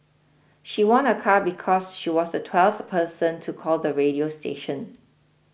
she won a car because she was the twelfth person to call the radio station